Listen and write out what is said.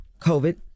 COVID